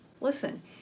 Listen